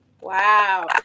Wow